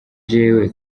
jewe